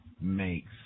makes